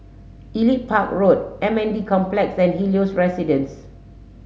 Elite Park Road M N D Complex and Helios Residences